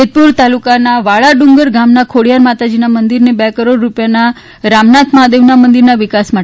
જેતપુર તાલુકાના વાળા ડુંગર ગામના ખોડિયાર માતાજીના મંદિરને ર કરોડ રૂપિથા રામનાથ મહાદેવના મંદિરના વિકાસ માટે